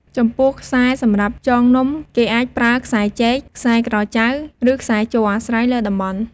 ចំពោះខ្សែសម្រាប់ចងនំ គេអាចប្រើខ្សែចេក ខ្សែក្រចៅ ឬខ្សែជ័រ អាស្រ័យលើតំបន់។